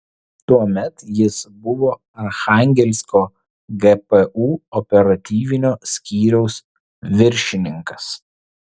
tuomet jis buvo archangelsko gpu operatyvinio skyriaus viršininkas